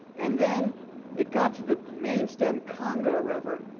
and then it got to the main stem congo river.